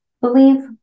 believe